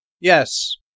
Yes